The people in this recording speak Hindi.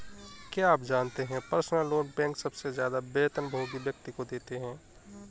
क्या आप जानते है पर्सनल लोन बैंक सबसे ज्यादा वेतनभोगी व्यक्ति को देते हैं?